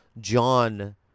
John